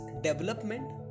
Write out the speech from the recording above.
development